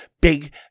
Big